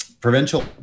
provincial